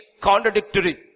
contradictory